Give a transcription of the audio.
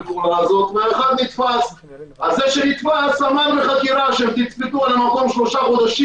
זה שנתפס אמר בחקירה שתצפתו על המקום שלושה חודשים